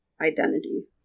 identity